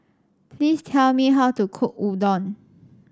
please tell me how to cook Udon